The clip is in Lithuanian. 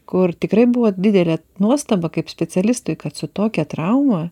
kur tikrai buvo didelė nuostaba kaip specialistui kad su tokia trauma